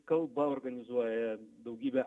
kalba organizuoja daugybę